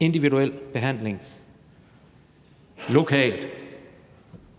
individuel behandling lokalt,